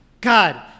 God